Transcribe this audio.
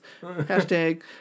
hashtag